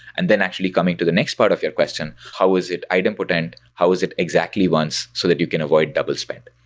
and then actually coming to the next part of your question, how was it item potent? how was it exactly once so that you can avoid double spend,